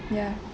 ya